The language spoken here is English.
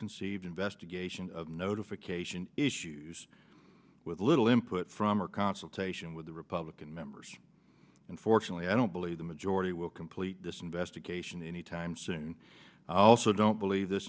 conceived investigation of notification issues with little input from or consultation with the republican members unfortunately i don't believe the majority will complete this investigation anytime soon i also don't believe this